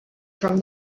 from